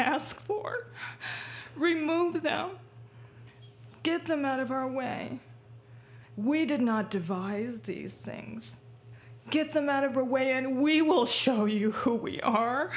ask for removing them get them out of our way we did not devise these things get them out of the way and we will show you who we are